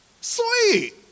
Sweet